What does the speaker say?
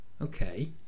okay